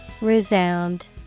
Resound